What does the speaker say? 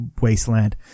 wasteland